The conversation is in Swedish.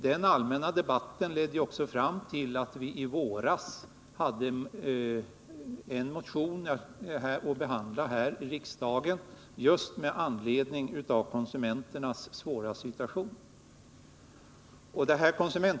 Den allmänna debatten om konsumenternas svåra situation ledde också fram till att vi i våras fick en motion om denna fråga att behandla här i riksdagen.